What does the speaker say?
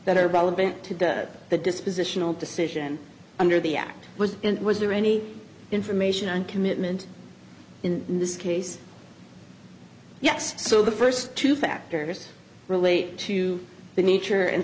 that are above it the dispositional decision under the act was was there any information on commitment in this case yes so the first two factors relate to the nature and